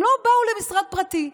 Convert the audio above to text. הם לא באו למשרד פרטי,